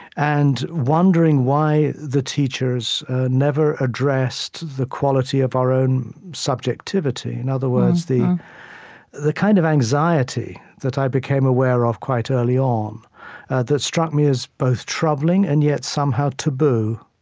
and wondering why the teachers never addressed the quality of our own subjectivity in other words, the the kind of anxiety that i became aware of quite early on um that struck me as both troubling, and yet, somehow taboo.